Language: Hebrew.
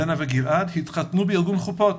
לנה וגלעד התחתנו בארגון חופות,